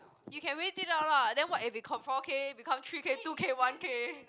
you can wait it out lah then what if it come four K become three K two K one K